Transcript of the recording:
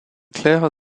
claire